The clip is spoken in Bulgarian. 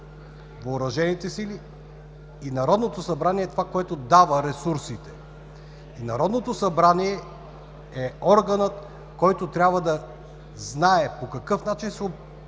Въоръжените сили, а Народното събрание дава ресурсите. Народното събрание е органът, който трябва да знае по какъв начин се управляват